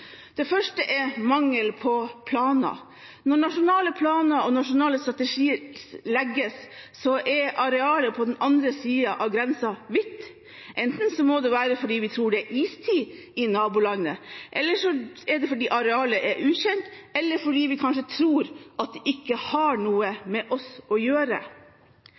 Det første er mangel på planer. Når nasjonale planer og nasjonale strategier legges, er arealet på den andre siden av grensen hvitt. Enten må det være fordi vi tror det er istid i nabolandet, eller så er det fordi arealet er ukjent, eller fordi vi kanskje tror at det ikke har noe med oss å gjøre.